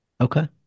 Okay